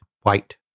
white